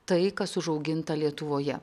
tai kas užauginta lietuvoje